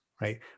right